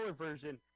version